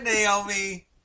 Naomi